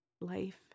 Life